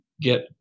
get